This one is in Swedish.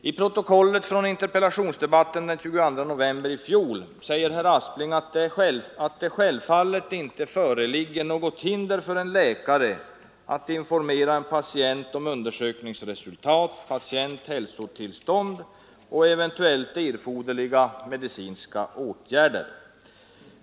I protokollet från interpellationsdebatten den 22 november i fjol säger herr Aspling att det självfallet inte föreligger något hinder för en läkare att informera en patient om undersökningsresultat, patientens hälsotillstånd och eventuellt erforderliga medicinska åtgärder.